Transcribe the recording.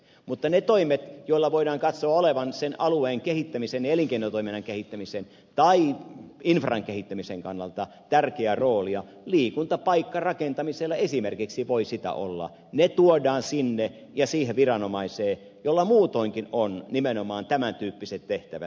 mutta ne toimet joilla voidaan katsoa olevan sen alueen kehittämisen ja elinkeinotoiminnan kehittämisen tai infran kehittämisen kannalta tärkeä rooli liikuntapaikkarakentamisella esimerkiksi voi sitä olla tuodaan sinne ja sille viranomaiselle jolla muutoinkin on nimenomaan tämäntyyppiset tehtävät